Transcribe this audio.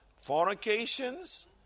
fornications